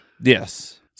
yes